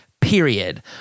period